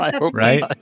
right